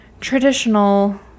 Traditional